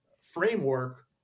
framework